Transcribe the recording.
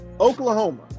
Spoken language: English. Oklahoma